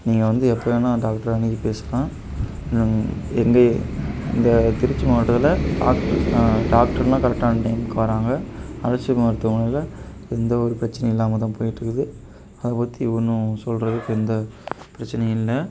நீங்கள் வந்து எப்போ வேணால் டாக்ட்ரை அணுகி பேசலாம் எங்கள் இந்த திருச்சி மாவட்டத்தில் டாக் டாக்டர்னால் கரெக்டான டைமுக்கு வர்றாங்க அரசு மருத்துவமனையில் எந்த ஒரு பிரச்சினையும் இல்லாமல் தான் போய்கிட்ருக்குது அதைப் பற்றி ஒன்றும் சொல்கிறதுக்கு எந்த பிரச்சினையும் இல்லை